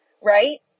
right